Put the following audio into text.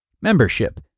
Membership